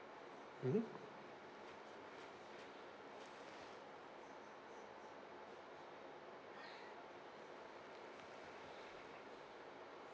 mmhmm